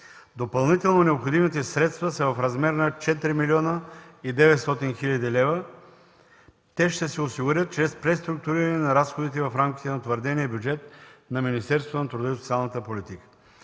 Допълнително необходимите средства са в размер на 4 млн. 900 хил. лв. Те ще се осигурят чрез преструктуриране на разходите в рамките на утвърдения бюджет на Министерството на труда и социалната политика.